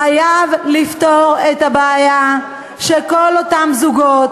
חייבים לפתור את הבעיה של כל אותם זוגות